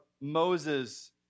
Moses